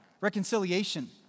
Reconciliation